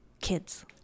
kids